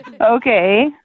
Okay